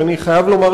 שאני חייב לומר,